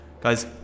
Guys